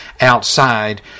outside